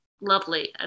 lovely